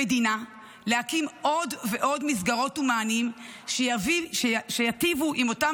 להקים עוד ועוד מסגרות ומענים שיטיבו עם אותם